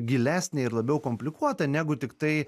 gilesnė ir labiau komplikuota negu tiktai